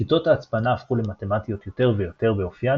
שיטות ההצפנה הפכו למתמטיות יותר ויותר באופיין